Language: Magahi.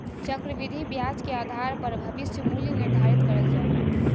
चक्रविधि ब्याज के आधार पर भविष्य मूल्य निर्धारित करल जा हय